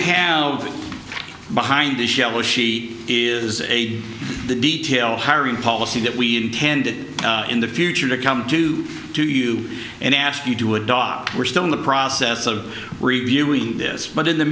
have behind this yellow she is a detail hiring policy that we intend in the future to come due to you and ask you to adopt we're still in the process of reviewing this but in the